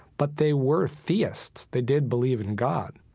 but they were theists. they did believe in god